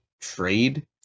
trade